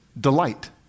delight